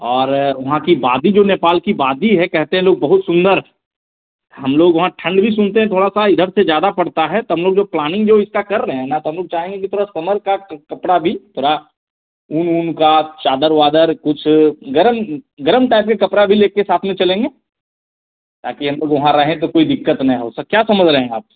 और वहाँ की वादी जो नेपाल की वादी है कहते हैं लोग बहुत सुंदर है हम लोग वहाँ ठंड भी सुनते हैं थोड़ी सी इधर से ज़्यादा पड़तो है तो हम लोग जो प्लानिंग जो इसका कर रहें हैं ना तो हम लोग चाहेंगे कि थोड़ा समर के कपड़े भी थोड़े ऊन वून की चादर वादर कुछ गर्म गर्म टाइप के कपड़े भी लेकर साथ में चलेंगे ताकि हम लोग वहाँ रहें तो कोई दिक़्क़त ना हो तो क्या समझ रहे हैं आप